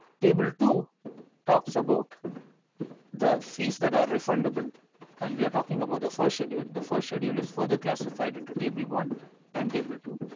table two talks about the fees that are refundable and we are talking about the first schedule the first schedule is further classified into table one and table two